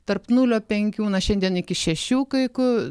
tarp nulio penkių na šiandien iki šešių kai ku